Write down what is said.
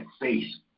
face